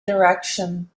direction